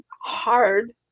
hard